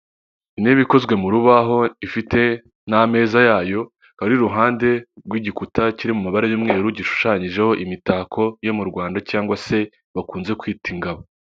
Intebe ikozwe mu rubaho ifite n'ameza yayo ikaba iri iruhande rw'igikuta kiri mu mabara y'umweru gishushanyijeho imitako yo mu Rwanda cyangwa se bakunze kwita ingabo.